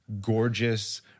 gorgeous